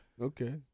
Okay